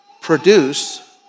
produce